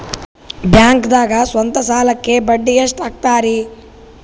ಬ್ಯಾಂಕ್ದಾಗ ಸ್ವಂತ ಸಾಲಕ್ಕೆ ಬಡ್ಡಿ ಎಷ್ಟ್ ಹಕ್ತಾರಿ?